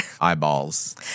eyeballs